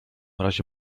razie